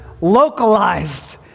localized